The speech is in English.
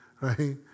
right